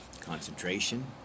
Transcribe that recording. Concentration